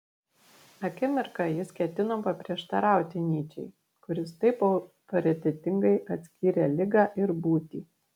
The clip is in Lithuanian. akimirką jis ketino paprieštarauti nyčei kuris taip autoritetingai atskyrė ligą ir būtį